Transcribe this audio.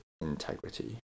integrity